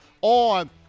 on